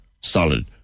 solid